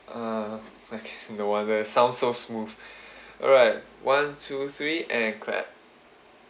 uh okay no wonder sounds so smooth all right one two three and clap